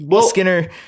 Skinner